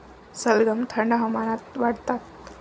सलगम थंड हवामानात वाढतात